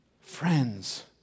Friends